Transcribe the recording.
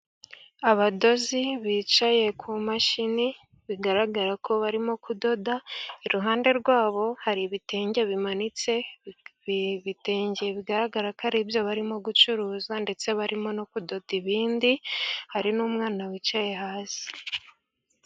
Abadozi bicaye ku mashini bigaragara ko barimo kudoda, iruhande rwabo hari ibitenge bimanitse, ibitenge bigaragara ko ari ibyo barimo gucuruza, ndetse barimo no kudoda ibindi, hari n'umwana wicaye hasi.